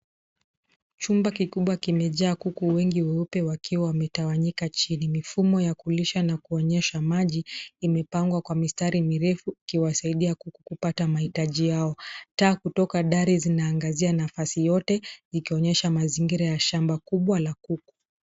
Chumba kikubwa kimejaa kuku wengi weupe wakiwa wametawanyika chini. Mifumo ya kulisha na kuonyesha maji imepangwa kwa mistari mirefu ikiwasaidia kuku kupata mahitaji yao. Taa kutoka dari zinaangazia nafasi yote zikionyesha mazingira ya shamba kubwa la kuku.